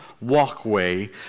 walkway